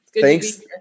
Thanks